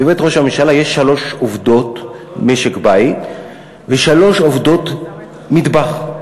בבית ראש הממשלה יש שלוש עובדות משק-בית ושלוש עובדות מטבח.